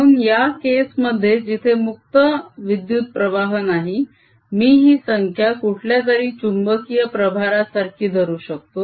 म्हणून या केस मध्ये जिथे मुक्त विद्युत प्रवाह नाही मी ही संख्या कुठल्यातरी चुंबकीय प्रभारासारखी धरू शकतो